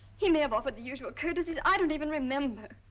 he may have offered the usual courtesies. i don't even remember.